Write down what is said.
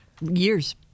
Years